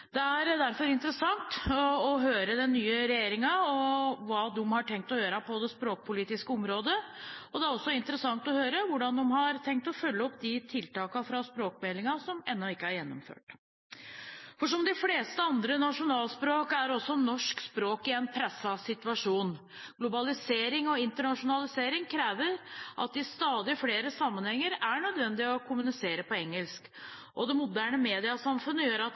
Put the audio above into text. Det er derfor interessant å høre hva den nye regjeringen har tenkt å gjøre på det språkpolitiske området, og det er også interessant å høre hvordan den har tenkt å følge opp de tiltakene fra språkmeldingen som ennå ikke er gjennomført. Som de fleste andre nasjonalspråk er også norsk språk i en presset situasjon. Globalisering og internasjonalisering gjør at det i stadig flere sammenhenger er nødvendig å kommunisere på engelsk, og det moderne mediesamfunnet gjør at